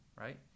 right